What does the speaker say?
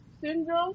syndrome